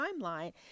timeline